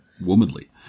womanly